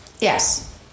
Yes